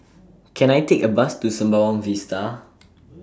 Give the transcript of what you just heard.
Can I Take A Bus to Sembawang Vista